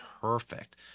perfect